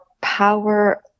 power